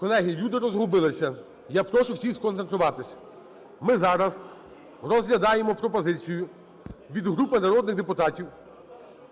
Колеги, люди розгубилися. Я прошу всіх сконцентруватися. Ми зараз розглядаємо пропозицію від групи народних депутатів